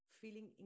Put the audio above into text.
feeling